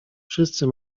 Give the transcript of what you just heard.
wszyscy